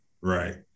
right